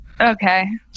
okay